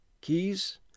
Keys